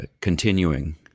continuing